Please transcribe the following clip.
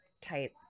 type